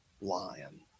lion